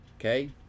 Okay